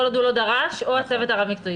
כל עוד הוא לא דרש או הצוות הרב-מקצועי.